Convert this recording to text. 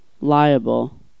liable